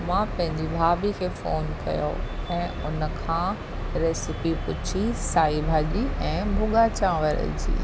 मां पंहिंजी भाभी खे फ़ोन कयो ऐं उनखां रेसिपी पुछी साई भाॼी ऐं भूगा चांवर जी